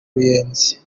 ruyenzi